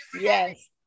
yes